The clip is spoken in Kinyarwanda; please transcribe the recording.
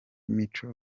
mico